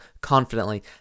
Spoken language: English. confidently